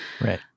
Right